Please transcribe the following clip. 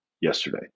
yesterday